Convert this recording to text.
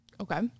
Okay